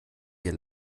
wir